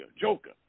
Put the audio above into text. Joker